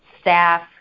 staff